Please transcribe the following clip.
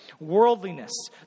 worldliness